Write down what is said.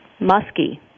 Muskie